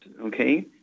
Okay